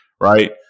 Right